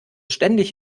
ständig